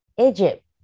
Egypt